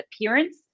appearance